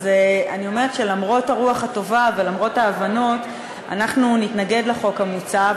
אז אני אומרת שלמרות הרוח הטובה ולמרות ההבנות אנחנו נתנגד לחוק המוצע,